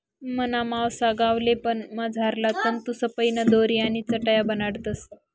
मना मावसा गावले पान मझारला तंतूसपाईन दोरी आणि चटाया बनाडतस